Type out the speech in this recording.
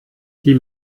die